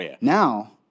Now